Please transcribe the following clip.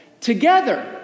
together